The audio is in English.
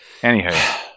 Anywho-